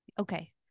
Okay